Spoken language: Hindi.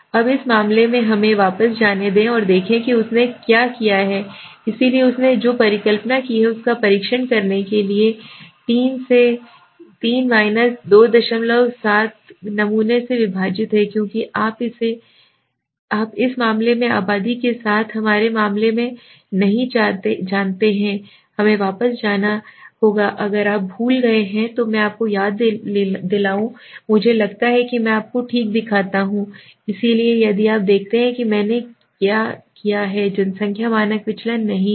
अब इस मामले में हमें वापस जाने दें और देखें कि उसने क्या किया है इसलिए उसने जो परिकल्पना की है उसका परीक्षण करने के लिए 3 27 नमूने से विभाजित है क्योंकि आप इस मामले में आबादी के साथ हमारे मामले में नहीं जानते हैं हमें वापस जाना अगर आप भूल गए हैं तो मैं आपको दिखाऊंगा मुझे लगता है कि मैं आपको ठीक दिखाता हूं इसलिए यदि आप देखते हैं कि हमने किया है जनसंख्या मानक विचलन नहीं है